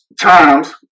times